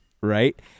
Right